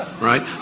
right